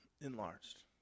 enlarged